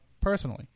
personally